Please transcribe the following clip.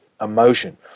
emotion